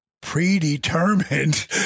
predetermined